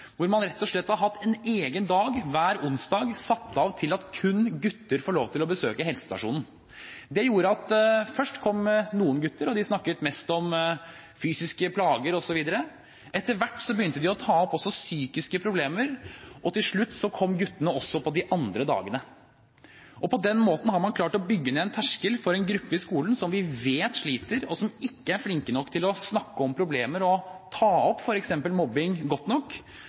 hvor man rett og slett har satt av en egen dag, hver onsdag, da kun gutter får lov til å besøke helsestasjonen. Først kom det noen gutter, og de snakket mest om fysiske plager osv. Etter hvert begynte de å ta opp psykiske problemer også, og til slutt kom guttene også på de andre dagene. På den måten har man klart å bygge ned en terskel for en gruppe i skolen som vi vet sliter, og som ikke er flinke nok til å snakke om problemer og ta opp f.eks. mobbing godt nok.